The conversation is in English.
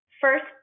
First